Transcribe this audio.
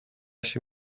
się